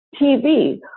TV